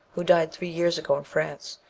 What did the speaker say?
who died three years ago in france,